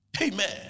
Amen